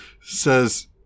says